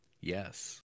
Yes